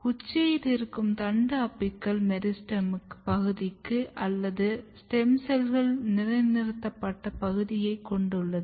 உச்சியில் இருக்கும் தண்டு அபெக்ஸ் மெரிஸ்டெமடிக் பகுதி அல்லது ஸ்டெம் செல்கள் நிலைநிறுத்தப்பட்ட பகுதியைக் கொண்டுள்ளது